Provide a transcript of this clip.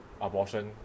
Abortion